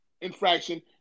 infraction